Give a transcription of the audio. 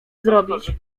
zrobić